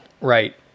Right